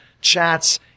chats